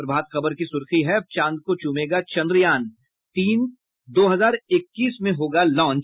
प्रभात खबर की सुर्खी है अब चांद को चूमेगा चन्द्रयान तीन दो हजार इक्कीस में होगा लांच